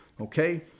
Okay